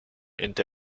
into